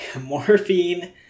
morphine